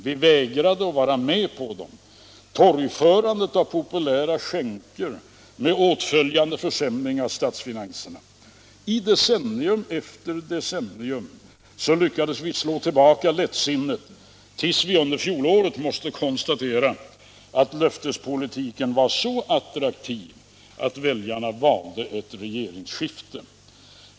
Vi vägrade att vara med på att torgföra populära skänker med åtföljande försämring av statsfinanserna. I decennium efter decennium lyckades vi slå tillbaka lättsinnet tills vi under fjolåret måste konstatera att löftespolitiken var så attraktiv att väljarna valde ett regeringsskifte.